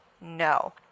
No